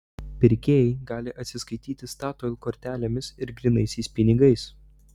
pirkėjai gali atsiskaityti statoil kortelėmis ir grynaisiais pinigais